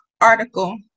article